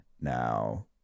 now